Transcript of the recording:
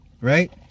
Right